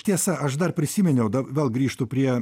tiesa aš dar prisiminiau dar vėl grįžtu prie